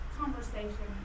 conversation